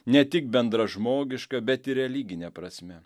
ne tik bendražmogiška bet ir religine prasme